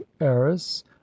heiress